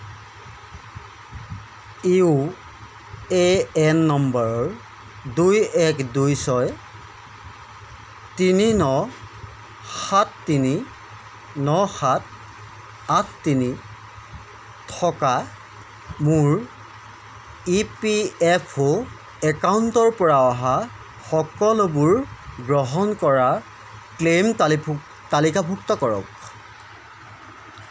U A N নম্বৰ দুই এক দুই ছয় তিনি ন সাত তিনি ন সাত আঠ তিনি থকা মোৰ ই পি এফ অ' একাউণ্টৰপৰা অহা সকলোবোৰ গ্ৰহণ কৰা ক্লেইম তালিকাভুক্ত কৰক